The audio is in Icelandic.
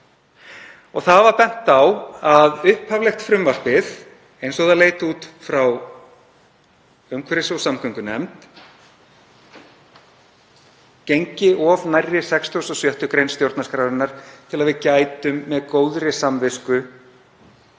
í mars og bent á að upphaflega frumvarpið eins og það leit út frá umhverfis- og samgöngunefnd gengi of nærri 66. gr. stjórnarskrárinnar til að við gætum með góðri samvisku